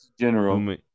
General